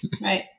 Right